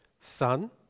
Son